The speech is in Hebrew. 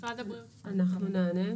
אנחנו נענה.